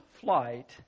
flight